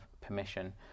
permission